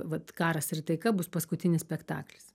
vat karas ir taika bus paskutinis spektaklis